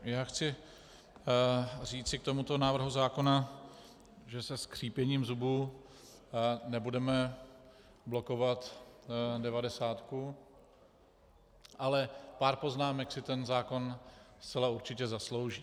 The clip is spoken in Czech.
Já chci říci k tomuto návrhu zákona, že se skřípěním zubů nebudeme blokovat devadesátku, ale pár poznámek si ten zákon zcela určitě zaslouží.